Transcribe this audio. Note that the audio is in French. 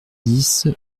dix